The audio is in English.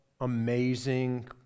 amazing